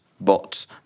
Bots